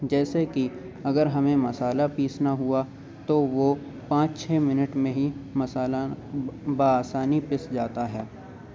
جیسے کہ اگر ہمیں مصالحہ پیسنا ہوا تو وہ پانچ چھ منٹ میں ہی مصالحہ بآسانی پس جاتا ہے